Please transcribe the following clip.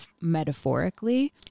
metaphorically